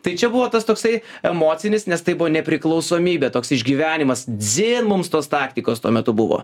tai čia buvo tas toksai emocinis nes tai buvo nepriklausomybė toks išgyvenimas dzin mums tos taktikos tuo metu buvo